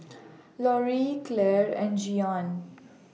Loree Claire and Jeanne